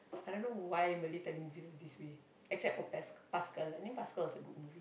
I don't know why Malay telemovies are this way except for Pascal I think Pascal was a good movie